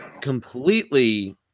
completely –